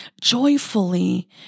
joyfully